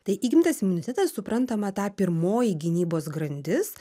tai įgimtas imunitetas suprantama ta pirmoji gynybos grandis